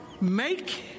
Make